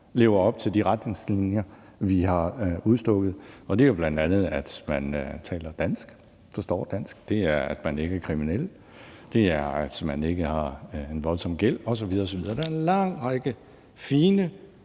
lever op til de retningslinjer, vi har udstukket, og det er jo bl.a., at man taler dansk, forstår dansk, det er, at man ikke er kriminel, det er, at man ikke har en voldsom gæld osv. osv. Der er en lang række fine,